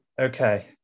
Okay